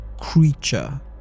creature